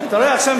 אז אני הולך...